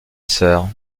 sœur